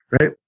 right